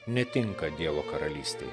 netinka dievo karalystei